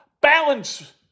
Balance